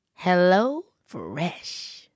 HelloFresh